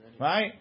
Right